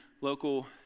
local